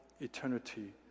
eternity